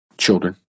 children